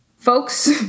Folks